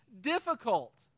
difficult